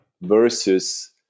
versus –